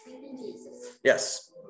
Yes